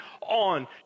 on